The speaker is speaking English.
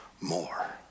more